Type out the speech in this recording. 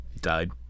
died